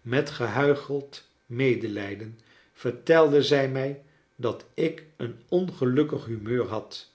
met gehuicheld medelijden vertelde zij mij dat ik een ongelukkig humeur had